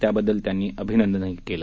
याबद्दल त्यांनी अभिनंदन केलं